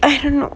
I don't know